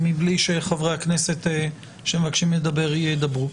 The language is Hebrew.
מבלי שחברי הכנסת שמבקשים לדבר ידברו.